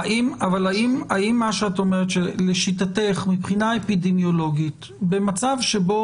האם לשיטתך מבחינה אפידמיולוגית במצב שבו